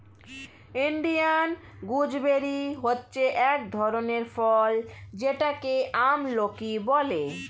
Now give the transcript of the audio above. Indian gooseberry হচ্ছে এক ধরনের ফল যেটাকে আমলকি বলে